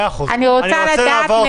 אני רוצה לדעת.